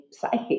psychic